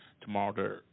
tomorrow